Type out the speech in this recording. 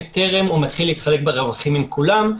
טרם הוא מתחיל להתחלק ברווח עם כולם.